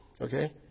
okay